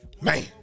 Man